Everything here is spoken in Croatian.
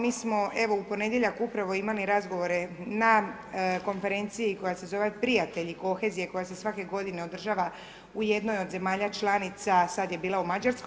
Mi smo evo u ponedjeljak upravo imali razgovore na konferenciji koja se zova prijatelji kohezije koja se svake godine održava u jednoj od zemalja članica, sad je bila u Mađarskoj.